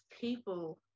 people